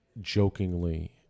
jokingly